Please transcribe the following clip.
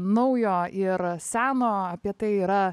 naujo ir seno apie tai yra